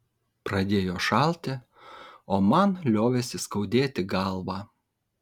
pradėjo šalti o man liovėsi skaudėti galvą